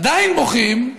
עדיין בוכים,